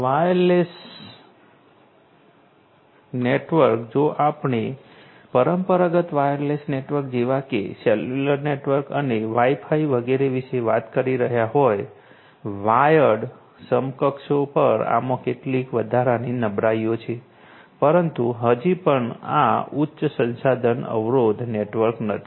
wireless network જો આપણે પરંપરાગત વાયરલેસ નેટવર્ક જેવા કે સેલ્યુલર નેટવર્ક અને વાઇફાઇ વગેરે વિશે વાત કરી રહ્યા હોય વાયર્ડ સમકક્ષો પર આમાં કેટલીક વધારાની નબળાઈઓ છે પરંતુ હજી પણ આ ઉચ્ચ સંસાધન અવરોધ નેટવર્ક નથી